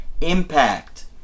impact